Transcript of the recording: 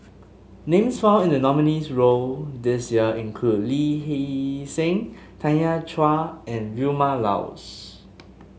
names found in the nominees' road this year include Lee Hee Seng Tanya Chua and Vilma Laus